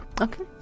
Okay